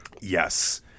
Yes